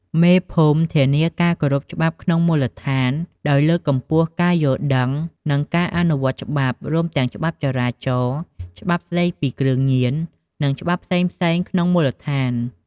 មេភូមិធានាការគោរពច្បាប់ក្នុងមូលដ្ឋាន ដោយលើកកម្ពស់ការយល់ដឹង និងការអនុវត្តច្បាប់ រួមទាំងច្បាប់ចរាចរណ៍ ច្បាប់ស្ដីពីគ្រឿងញៀន និងច្បាប់ផ្សេងៗក្នុងមូលដ្ឋាន។